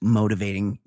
motivating